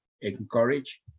encourage